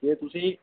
ਇਹ ਤੁਸੀਂ